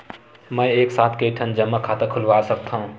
मैं एक साथ के ठन जमा खाता खुलवाय सकथव?